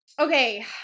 Okay